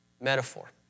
metaphor